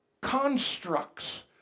constructs